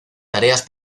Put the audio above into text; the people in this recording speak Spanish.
tareas